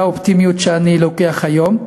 זו האופטימיות שאני לוקח היום.